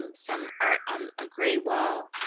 um some art on a gray wall.